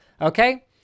okay